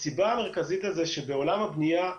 הסיבה המרכזית לזה היא שבעולם הבנייה,